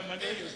גם אני.